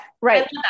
Right